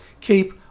keep